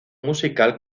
musical